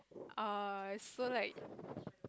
err so like